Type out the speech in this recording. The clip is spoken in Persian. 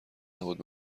نبود